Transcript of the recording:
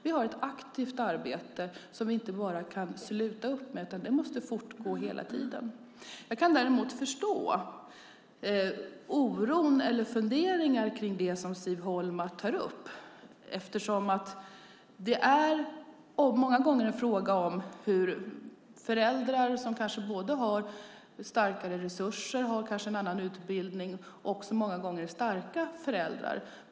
Vi har ett aktivt arbete som vi inte kan sluta upp med, utan det måste fortgå hela tiden. Jag kan däremot förstå oron över och funderingarna kring det som Siv Holma tar upp. Många gånger är det en fråga om föräldrar som kanske har starkare resurser och en annan utbildning och många gånger är starka som föräldrar.